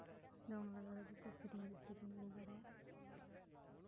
ᱫᱚᱝ ᱞᱟᱜᱽᱲᱮ ᱡᱚᱛᱚ ᱥᱮᱨᱮᱧ ᱜᱮ ᱥᱮᱨᱮᱧ ᱤᱧ ᱵᱟᱲᱟᱭᱟ